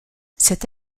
cette